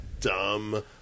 dumb